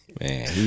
man